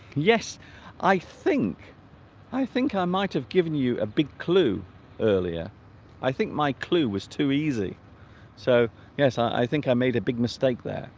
yes i think i think i might have given you a big clue earlier i think my clue was too easy so yes i think i made a big mistake there